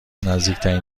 نزدیکترین